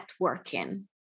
networking